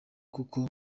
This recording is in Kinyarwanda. kuko